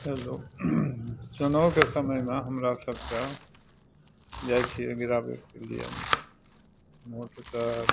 hello चुनावके समयमे हमरा सभकेँ जाइ छिए गिराबैके लिए वोट तऽ